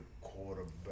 quarterback